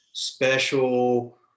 special